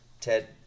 Ted